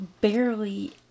barely